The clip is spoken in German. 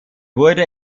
wurde